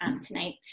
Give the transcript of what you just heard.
tonight